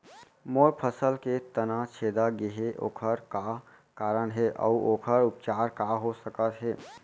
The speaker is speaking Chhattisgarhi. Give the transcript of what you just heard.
मोर फसल के तना छेदा गेहे ओखर का कारण हे अऊ ओखर उपचार का हो सकत हे?